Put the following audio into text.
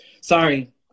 sorry